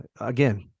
again